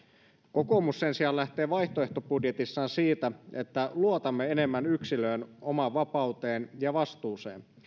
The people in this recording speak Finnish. kokoomus sen sijaan lähtee vaihtoehtobudjetissaan siitä että luotamme enemmän yksilön omaan vapauteen ja vastuuseen